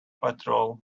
patrol